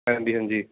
ਹਾਂਜੀ ਹਾਂਜੀ